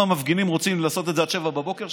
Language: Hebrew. אם המפגינים רוצים לעשות את זה עד 07:00,